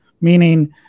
meaning